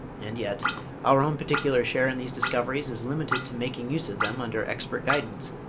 and yet our own particular share in these discoveries is limited to making use of them under expert guidance,